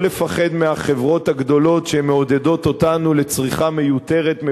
לא לפחד מהחברות הגדולות שמעודדות אותנו לצריכה מיותרת,